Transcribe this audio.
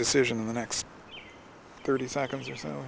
decision in the next thirty seconds or so